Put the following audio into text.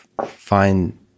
Find